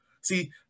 See –